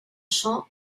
champ